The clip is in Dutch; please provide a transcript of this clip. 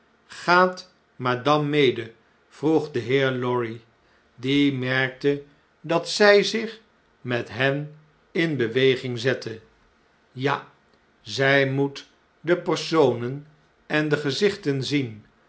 gaat madame mede vroeg de heer lorry die merkte dat zh zich met hen in beweging zette ja zn moet de personen en de gezichten zien